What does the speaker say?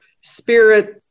spirit